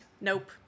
Nope